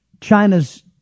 China's